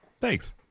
Thanks